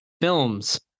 films